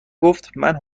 گفتمن